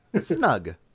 snug